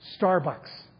Starbucks